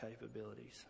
capabilities